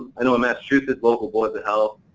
i know in massachusetts local boards of health,